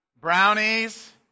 brownies